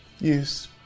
Yes